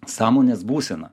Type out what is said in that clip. sąmonės būsena